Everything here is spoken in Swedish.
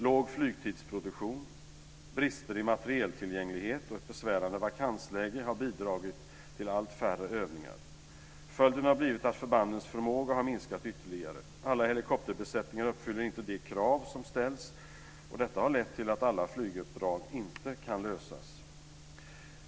Låg flygtidsproduktion, brister i materieltillgänglighet och ett besvärande vakansläge har bidragit till allt färre övningar. Följden har blivit att förbandens förmåga har minskat ytterligare. Alla helikopterbesättningar uppfyller inte de krav som ställs, och detta har lett till att alla flyguppdrag inte kan lösas.